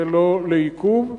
ולא לעיכוב.